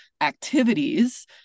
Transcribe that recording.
activities